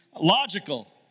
logical